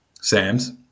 Sam's